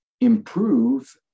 improve